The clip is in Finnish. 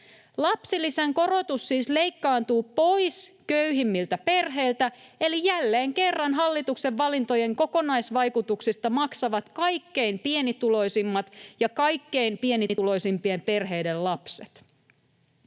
Lapsilisän korotus siis leikkaantuu pois köyhimmiltä perheiltä, eli jälleen kerran hallituksen valintojen kokonaisvaikutuksista maksavat kaikkein pienituloisimmat ja kaikkein pienituloisimpien perheiden lapset.